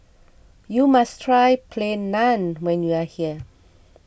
you must try Plain Naan when you are here